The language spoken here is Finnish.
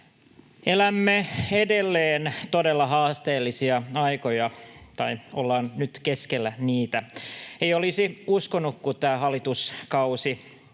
Elämme edelleen todella haasteellisia aikoja, ollaan nyt keskellä niitä — ei olisi uskonut, kun hallitusohjelmaa